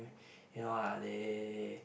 you know ah they